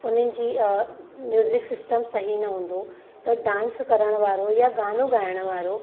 उन्हनि जी music system सही न हूंदो त डांस करण वारो या गानो ॻाइण वारो